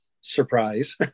Surprise